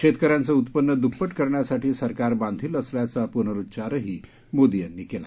शेतकऱ्यांचं उत्पन्न द्प्पट करण्यासाठी सरकार बांधिल असल्याचा पुनरुच्चारही मोदी यांनी केला